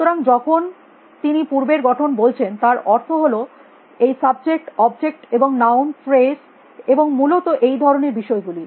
সুতরাং যখন তিনি পূর্বের গঠন বলছেন তার অর্থ হল এই সাবজেক্ট অবজেক্ট এবং নাউন ফ্রেস এবং মূলত এই ধরনের বিষয় গুলি